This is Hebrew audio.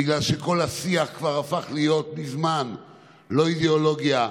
בגלל שכל השיח כבר הפך להיות מזמן לא אידיאולוגיה,